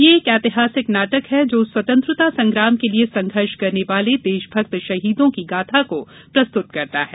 यह एक ऐतिहासिक नाटक है जो स्वतंत्रता संग्राम के लिए संघर्ष करने वाले देशभक्त शहीदों की गाथा को प्रस्तुत करता है